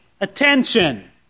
attention